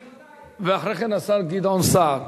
ואחרי כן, השר גדעון סער,